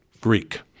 Greek